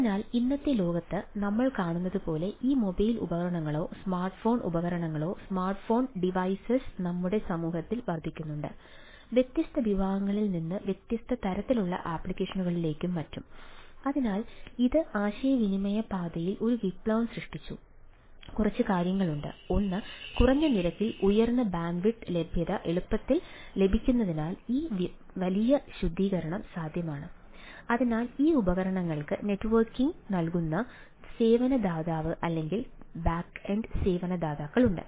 അതിനാൽ ഇന്നത്തെ ലോകത്ത് നമ്മൾ കാണുന്നതുപോലെ ഈ മൊബൈൽ ഉപകരണങ്ങളോ സ്മാർട്ട്ഫോൺ സേവന ദാതാക്കളുണ്ട്